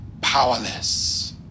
powerless